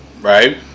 right